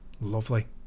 lovely